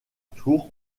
tour